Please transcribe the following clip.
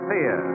Fear